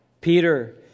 Peter